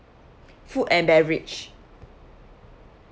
food and beverage